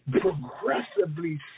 progressively